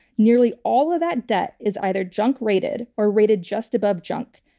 nearly all of that debt is either junk rated, or rated just above junk.